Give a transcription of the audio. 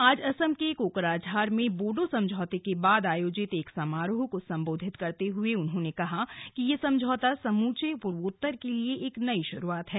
आज असम के कोकराझार में बोडो समझौते के बाद आयोजित एक समारोह को संबोधित करते हुए उन्होंने कहा कि यह समझौता समूचे पूर्वोत्तर के लिए एक नई शुरूआत है